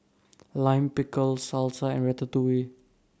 Lime Pickle Salsa and Ratatouille